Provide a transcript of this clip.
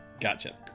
Gotcha